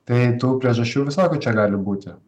tai tų priežasčių visokių čia gali būti